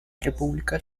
república